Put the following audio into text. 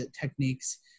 techniques